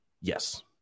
Yes